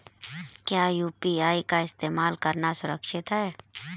क्या यू.पी.आई का इस्तेमाल करना सुरक्षित है?